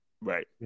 right